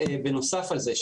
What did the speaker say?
בנוסף על זה,